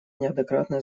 неоднократно